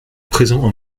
présent